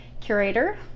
curator